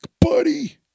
buddy